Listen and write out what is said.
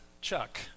Chuck